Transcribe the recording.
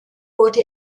wurde